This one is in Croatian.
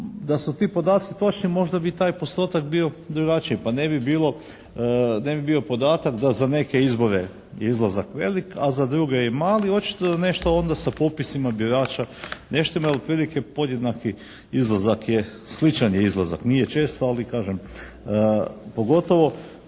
Da su ti podaci točni možda bi i taj postotak bio drugačiji pa ne bi bio podatak da je za neke izbore izlazak velik, a za druge je mali. Očito da nešto sa popisima birača ne štima. Jer otprilike podjednaki izlazak je sličan je izlazak, nije čest ako kažem. Pogotovo